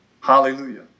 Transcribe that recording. Hallelujah